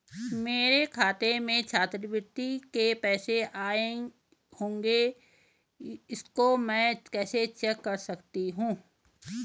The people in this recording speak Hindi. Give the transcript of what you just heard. मेरे खाते में छात्रवृत्ति के पैसे आए होंगे इसको मैं कैसे चेक कर सकती हूँ?